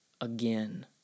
again